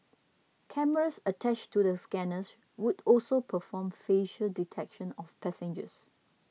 cameras attached to the scanners would also perform facial detection of passengers